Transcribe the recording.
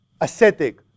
ascetic